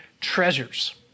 treasures